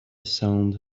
sound